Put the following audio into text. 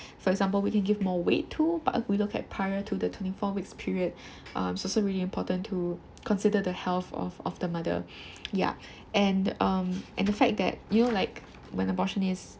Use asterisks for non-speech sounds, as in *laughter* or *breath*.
for example we can give more weight to but if we look at prior to the twenty four weeks period *breath* um it's also really important to consider the health of of the mother *breath* ya and um and the fact that you know like when abortion is